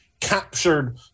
captured